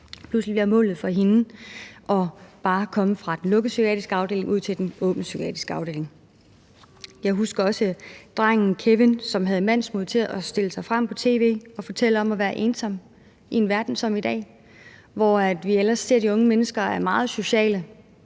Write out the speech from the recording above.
Pludselig bliver målet for hende bare at komme fra den lukkede psykiatriske afdeling og ud til den åbne psykiatriske afdeling. Jeg husker også drengen Kevin, som havde mandsmod til at stille op på tv og fortælle om det at være ensom i en verden, som den ser ud i dag, hvor vi ellers ser, at de unge mennesker er meget sociale,